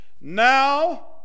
Now